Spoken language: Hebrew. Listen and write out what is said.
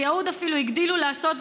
ביהוד אפילו הגדילו לעשות,